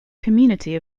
community